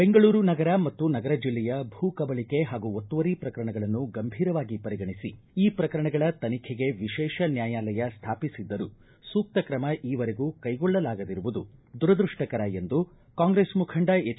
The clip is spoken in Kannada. ಬೆಂಗಳೂರು ನಗರ ಮತ್ತು ನಗರ ಜಿಲ್ಲೆಯ ಭೂ ಕಬಳಿಕೆ ಹಾಗೂ ಒತ್ತುವರಿ ಪ್ರಕರಣಗಳನ್ನು ಗಂಭೀರವಾಗಿ ಪರಿಗಣಿಸಿ ಈ ಪ್ರಕರಣಗಳ ತನಿಖೆಗೆ ವಿಶೇಷ ನ್ಯಾಯಾಲಯ ಸ್ವಾಪಿಸಿದ್ದರೂ ಸೂಕ್ತ ಕ್ರಮ ಈ ವರೆಗೂ ಕೈಗೊಳ್ಳಲಾಗದಿರುವುದು ದುರದೃಷ್ಟಕರ ಎಂದು ಕಾಂಗ್ರೆಸ್ ಮುಖಂಡ ಎಚ್